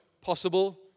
possible